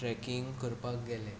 trekking करपाक गेले